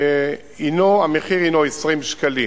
המחיר הינו 20 שקלים.